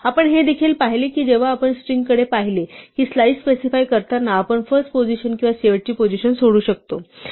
आपण हे देखील पाहिले की जेव्हा आपण स्ट्रिंगकडे पाहिले की स्लाइस स्पेसिफाय करताना आपण फर्स्ट पोझिशन किंवा शेवटची पोझिशन सोडू शकतो